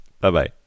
Bye-bye